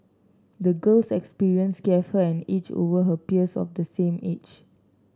the girl's experiences gave her an edge over her peers of the same age